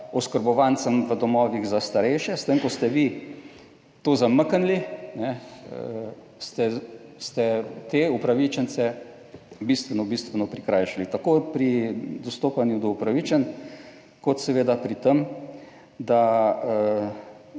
oskrbovancem v domovih za starejše, s tem, ko ste vi to zamaknili, kajne, ste, ste te upravičence bistveno, bistveno prikrajšali, tako pri dostopanju do upravičenj, kot seveda pri tem, da